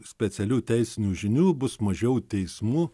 specialių teisinių žinių bus mažiau teismų